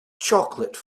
chocolate